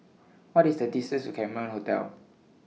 What IS The distance to Cameron Hotel